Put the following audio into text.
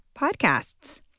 podcasts